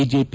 BJP